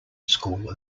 school